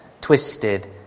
twisted